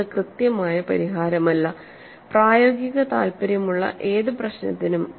ഇത് കൃത്യമായ പരിഹാരമല്ല പ്രായോഗിക താൽപ്പര്യമുള്ള ഏത് പ്രശ്നത്തിനും